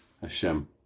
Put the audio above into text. Hashem